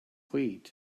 cleat